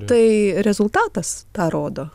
tai rezultatas tą rodo